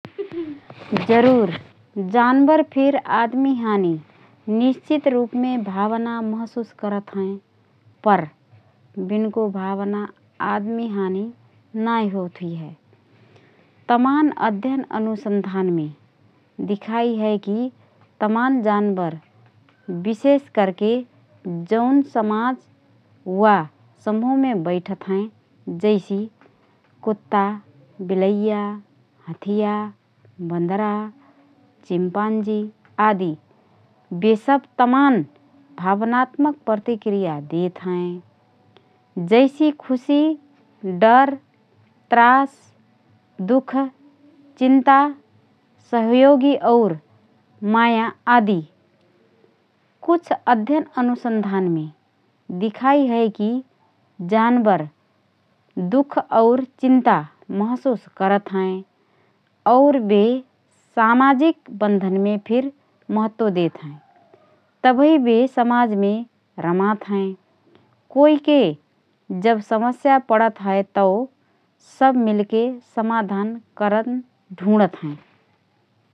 जरुर जानबर फिर आदमी हानी निश्चित रूपमे भावना महसुस करत हएँ । पर बिनको भावना आदमी हानी नाएँ होत हुइहए । तमान अध्ययन अनुसन्धानमे दिखाइ हए कि तमान जानबर विशेष करके जौन समाज वा समुह मे बैठत हएँ, (जैसि: कुत्ता, बिलैया, हथिया, बँदरा, चिम्पाञ्जी आदि) बे सब तमान भावनात्मक प्रतिक्रिया देतहएँ । जैसि: खुसी, डर, त्रास, दु:ख, चिन्ता, सहयोगी और माया आदि । कुछ अध्ययन अनुसन्धानमे दिखाइ हए कि जानबर दु:ख और चिन्ता महसुस करत हएँ और बे सामाजिक बन्धनके फिर महत्त्व देतहएँ । तबही बे समाजमे रमात हएँ । कोइके जब समस्या पडत हए तओ सब मिलके समाधान करन ढुँडत हएँ ।